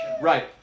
Right